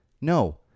No